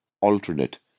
alternate